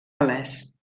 gal·lès